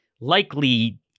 likely